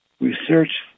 research